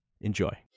Enjoy